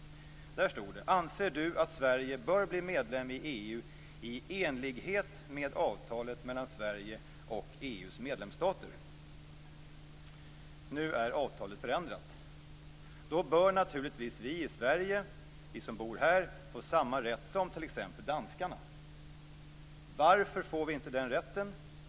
Där stod det: Anser du att Sverige bör bli medlem i EU i enlighet med avtalet mellan Sverige och EU:s medlemsstater? Nu är avtalet förändrat. Då bör naturligtvis vi som bor i Sverige få samma rätt som t.ex. danskarna. Varför får vi inte den rätten?